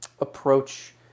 approach